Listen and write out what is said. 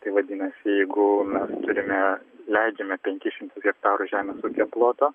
tai vadinasi jeigu me turime leidžiame penkis šimtus hektarų žemės ūkio ploto